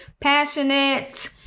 passionate